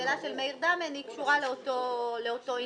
השאלה של מאיר דמן קשורה לאותו עניין.